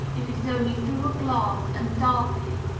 if it is only through a glass, and darkly,